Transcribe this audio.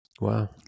Wow